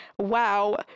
Wow